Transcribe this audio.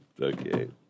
Okay